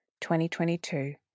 2022